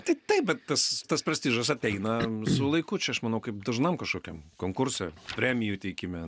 tai taip bet tas tas prestižas ateina su laiku čia aš manau kaip dažnam kažkokiam konkurse premijų įteikime